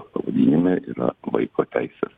pavadinime yra vaiko teisės